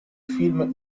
film